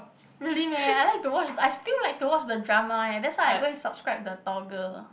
really meh I like to watch I still like to watch the drama eh that's why I go and subscribe the Toggle